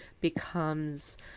becomes –